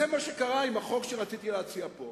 זה מה שקרה עם החוק שרציתי להציע פה.